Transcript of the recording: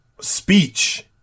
speech